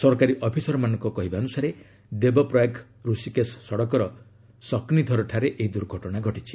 ସରକାରୀ ଅଫିସରମାନଙ୍କ କହିବାନୁସାରେ ଦେବପ୍ରୟାଗ ରଶିକେଶ ସଡ଼କର ସକନିଧରଠାରେ ଏହି ଦୁର୍ଘଟଣା ଘଟିଛି